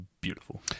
beautiful